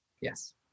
Yes